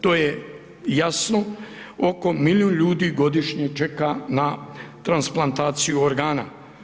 To je jasno oko milijun ljudi godišnje čeka na transplantaciju organa.